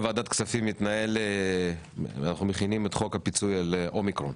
בוועדת הכספים אנחנו מכינים את חוק הפיצוי על אומיקרון.